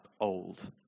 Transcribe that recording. old